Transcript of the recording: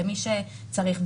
למי שצריך.